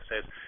says